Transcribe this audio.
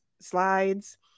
slides